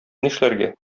нишләргә